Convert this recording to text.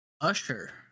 Usher